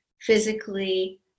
physically